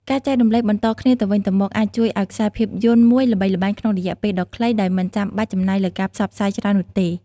ការចែករំលែកបន្តគ្នាទៅវិញទៅមក អាចជួយឱ្យខ្សែភាពយន្តមួយល្បីល្បាញក្នុងរយៈពេលដ៏ខ្លីដោយមិនចាំបាច់ចំណាយលើការផ្សព្វផ្សាយច្រើននោះទេ។